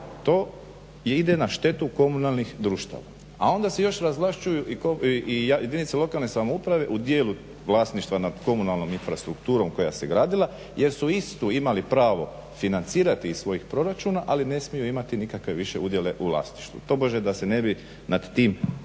To ide na štetu komunalnih društava. A onda se još i razvlašćuju i jedinice lokalne samouprave u dijelu vlasništva nad komunalnom infrastrukturom koja se gradila jer su istu imali pravo financirati iz svojih proračuna, ali ne smiju imati nikakve više udjele u vlasništvu, tobože da se ne bi nad tim